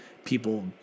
people